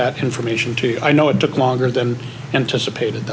that information to i know it took longer than anticipated